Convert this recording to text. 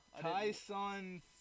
Tyson